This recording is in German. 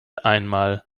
einmal